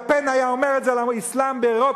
אם לה-פן היה אומר את זה על האסלאם באירופה,